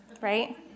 right